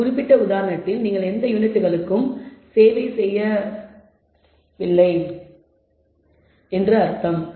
இந்த குறிப்பிட்ட உதாரணத்தில் நீங்கள் எந்த யூனிட்டுகளுக்கும் சேவை செய்யவில்லை என்றால் நீங்கள் பயணம் செய்யவில்லை என்று அர்த்தம்